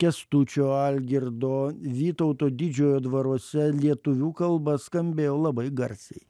kęstučio algirdo vytauto didžiojo dvaruose lietuvių kalba skambėjo labai garsiai